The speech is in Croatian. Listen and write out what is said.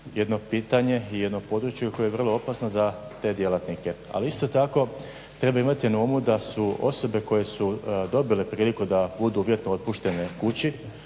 jedno pitanje i jedno područje koje je vrlo opasno za te djelatnike. Ali isto tako treba imati na umu da su osobe koje su dobile prilike da budu uvjetno otpuštene kući